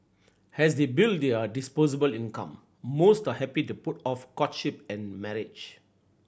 as they build their disposable income most are happy to put off courtship and marriage